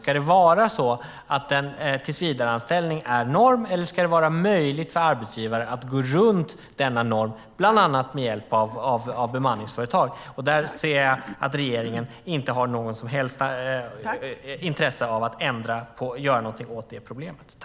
Ska en tillsvidareanställning vara norm, eller ska det vara möjligt för arbetsgivare att gå runt denna norm, bland annat med hjälp av bemanningsföretag? Där anser jag att regeringen inte har någon som helst intresse av att göra något åt problemet.